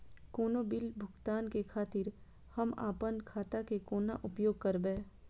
कोनो बील भुगतान के खातिर हम आपन खाता के कोना उपयोग करबै?